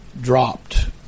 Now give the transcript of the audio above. dropped